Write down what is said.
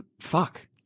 fuck